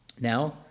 Now